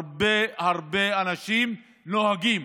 הרבה הרבה אנשים נוהגים